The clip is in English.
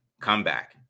Comeback